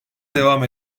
devam